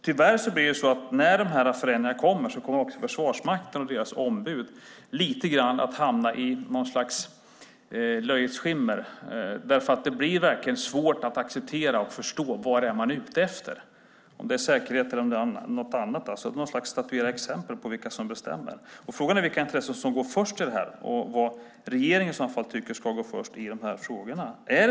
Tyvärr blir det så att när dessa förändringar sker kommer Försvarsmakten och dess ombud lite grann att hamna i något slags löjets skimmer därför att det verkligen blir svårt att acceptera och förstå vad man är ute efter, om det är säkerhet eller någonting annat. På något sätt statuerar man exempel på vilka som bestämmer. Frågan är vilka intressen som går först och vad regeringen tycker ska gå först i dessa frågor.